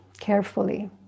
carefully